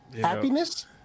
Happiness